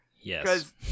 Yes